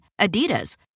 Adidas